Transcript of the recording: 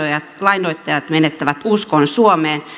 lainoittajat menettävät uskon suomeen että